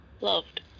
loved